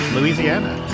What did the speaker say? Louisiana